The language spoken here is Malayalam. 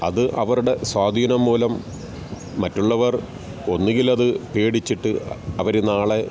അത് അവരുടെ സ്വാധീനം മൂലം മറ്റുള്ളവർ ഒന്നുകിൽ അത് പേടിച്ചിട്ട് അവർ നാളെ